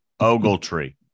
Ogletree